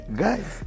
guys